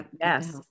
Yes